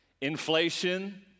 Inflation